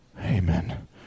Amen